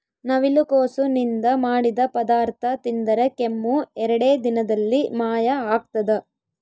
ನವಿಲುಕೋಸು ನಿಂದ ಮಾಡಿದ ಪದಾರ್ಥ ತಿಂದರೆ ಕೆಮ್ಮು ಎರಡೇ ದಿನದಲ್ಲಿ ಮಾಯ ಆಗ್ತದ